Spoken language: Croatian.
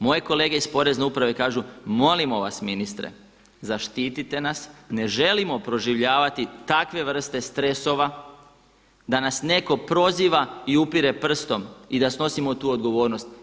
Moje kolege iz Porezne uprave kažu molimo vas ministre zaštite nas, ne želimo proživljavati takve vrste stresova, da nas netko proziva i upire prstom i da snosimo tu odgovornost.